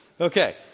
Okay